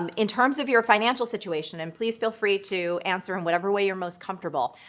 um in terms of your financial situation, and please feel free to answer in whatever way you're most comfortable,